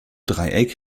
dreieck